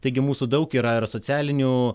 taigi mūsų daug yra ir socialinių